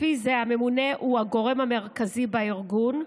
לפי זה הממונה הוא הגורם המרכזי בארגון,